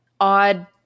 odd